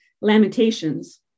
Lamentations